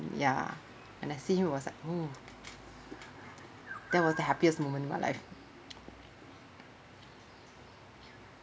ya and I see him was like !ow! that was the happiest moment in my life